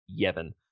Yevon